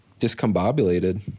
discombobulated